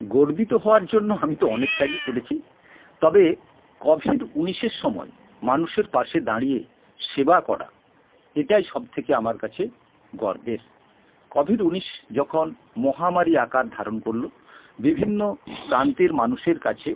গর্বিত হওয়ার জন্য আমি তো অনেক কাজই করেছি তবে কোভিড উনিশের সময় মানুষের পাশে দাঁড়িয়ে সেবা করা এটাই সব থেকে আমার কাছে গর্বের কোভিড উনিশ যখন মহামারী আকার ধারণ করলো বিভিন্ন প্রান্তের মানুষের কাছে